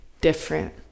different